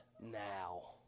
now